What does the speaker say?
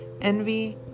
envy